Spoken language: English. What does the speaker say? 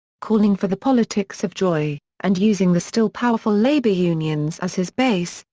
calling for the politics of joy, and using the still-powerful labor unions as his base,